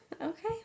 okay